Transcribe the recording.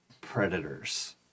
predators